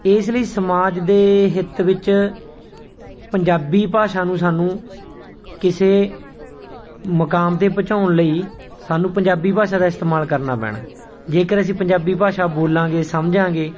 ਇਸ ਲਈ ਸਮਾਜ ਦੇ ਹਿੱਤ ਵਿੱਚ ਪੰਜਾਬੀ ਭਾਸ਼ਾ ਨੂੰ ਸਾਨੂੰ ਕਿਸੇ ਮੁਕਾਮ 'ਤੇ ਪਹੁੰਚਾਉਣ ਲਈ ਸਾਨੂੰ ਪੰਜਾਬੀ ਭਾਸ਼ਾ ਦਾ ਇਸਤੇਮਾਲ ਕਰਨਾ ਪੈਣਾ ਜੇਕਰ ਅਸੀਂ ਪੰਜਾਬੀ ਭਾਸ਼ਾ ਬੋਲਾਂਗੇ ਸਮਝਾਂਗੇ